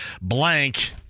blank